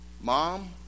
Mom